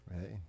Right